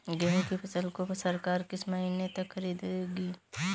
गेहूँ की फसल को सरकार किस महीने तक खरीदेगी?